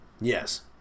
yes